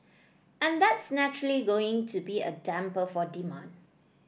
and that's naturally going to be a damper for demand